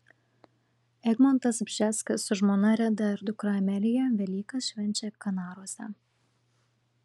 egmontas bžeskas su žmona reda ir dukra amelija velykas švenčia kanaruose